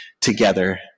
together